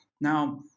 Now